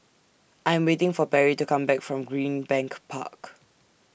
I Am waiting For Perry to Come Back from Greenbank Park